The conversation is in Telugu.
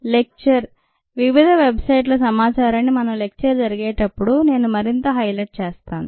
లెక్చర్ వివిధ వెబ్ సైట్ ల సమాచారాన్ని మన లెక్చరు జరిగేటప్పుడు నేను మరింత హైలైట్ చేస్తాను